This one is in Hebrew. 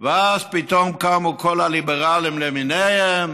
ואז פתאום קמו כל הליברלים למיניהם,